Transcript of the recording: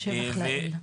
השבח לאל.